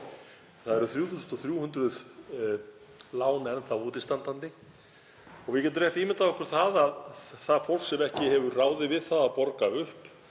Nú eru 3.300 lán enn þá útistandandi og við getum rétt ímyndað okkur hvernig því fólki, sem ekki hefur ráðið við að borga upp